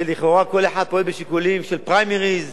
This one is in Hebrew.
לכאורה הכול פועל משיקולים של פריימריס,